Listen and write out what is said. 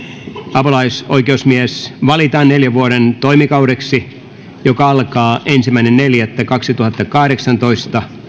apulaisoikeusasiamies valitaan neljän vuoden toimikaudeksi joka alkaa ensimmäinen neljättä kaksituhattakahdeksantoista